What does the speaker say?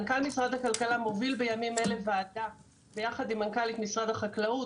מנכ"ל משרד הכלכלה מוביל בימים אלה ועדה ביחד עם מנכ"לית משרד החקלאות,